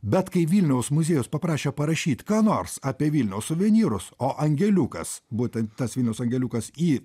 bet kai vilniaus muziejus paprašė parašyt ką nors apie vilniaus suvenyrus o angeliukas būtent tas vilniaus angeliukas į